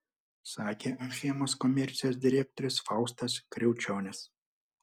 sakė achemos komercijos direktorius faustas kriaučionis